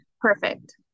Perfect